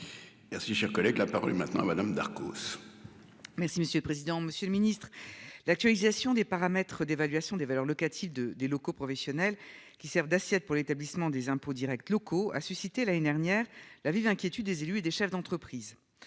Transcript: Merci, cher collègue, la parole maintenant à Madame Darcos. Merci monsieur le président, Monsieur le Ministre, l'actualisation des paramètres d'évaluation des valeurs locatives de des locaux professionnels qui sert d'assiette pour l'établissement des impôts Directs locaux a suscité l'année dernière la vive inquiétude des élus et des chefs d'entreprise